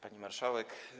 Pani Marszałek!